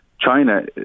China